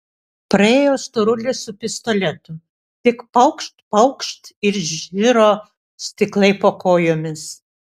priėjo storulis su pistoletu tik paukšt paukšt ir žiro stiklai po kojomis